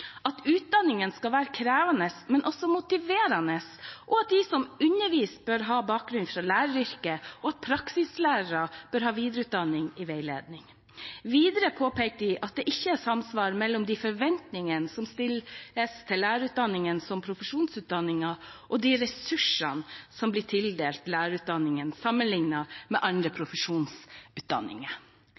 at utdanningen skal være krevende, men også motiverende, at de som underviser, bør ha bakgrunn fra læreryrket, og at praksislærere bør ha videreutdanning i veiledning. Videre påpeker de at det ikke er samsvar mellom de forventningene som stilles til lærerutdanningene som profesjonsutdanninger, og de ressursene som blir tildelt lærerutdanningene, sammenlignet med andre profesjonsutdanninger.